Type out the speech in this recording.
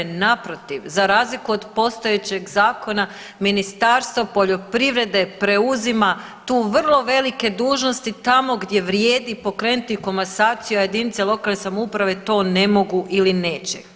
Naprotiv, za razliku od postojećeg zakona Ministarstvo poljoprivrede preuzima tu vrlo velike dužnosti tamo gdje vrijedi pokrenuti komasaciju, a jedinice lokalne samouprave to ne mogu ili neće.